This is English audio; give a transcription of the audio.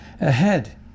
ahead